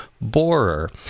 borer